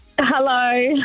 Hello